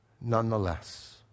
nonetheless